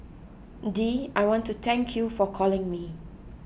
Dee I want to thank you for calling me